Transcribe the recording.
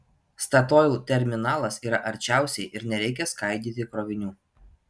statoil terminalas yra arčiausiai ir nereikia skaidyti krovinių